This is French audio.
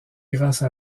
grâce